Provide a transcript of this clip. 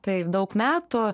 taip daug metų